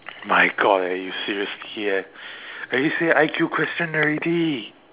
my God eh you seriously eh already said I_Q question already